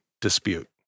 dispute